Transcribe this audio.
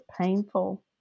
painful